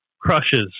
crushes